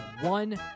one